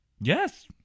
yes